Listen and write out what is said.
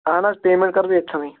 اہن حَظ پیمینٹ کرٕ بہٕ ییٚتتھنٕے